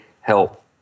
help